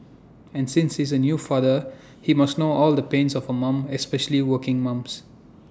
and since he's A new father he must know all the pains of A mum especially working mums